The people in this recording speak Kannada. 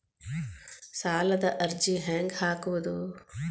ಸಾಲದ ಅರ್ಜಿ ಹೆಂಗ್ ಹಾಕುವುದು?